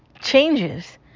changes